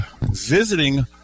visiting